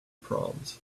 proms